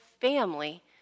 family